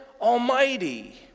Almighty